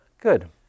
good